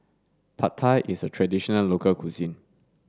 Pad Thai is a traditional local cuisine